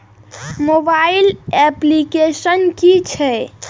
Mobile application कि छै?